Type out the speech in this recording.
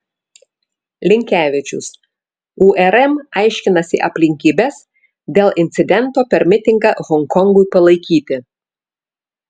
linkevičius urm aiškinasi aplinkybes dėl incidento per mitingą honkongui palaikyti